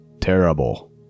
terrible